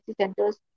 centers